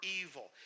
evil